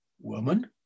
woman